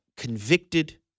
convicted